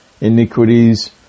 iniquities